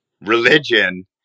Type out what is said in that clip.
religion